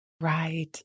Right